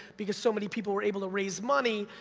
because so many people are able to raise money,